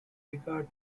regard